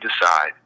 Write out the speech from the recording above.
decide